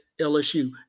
LSU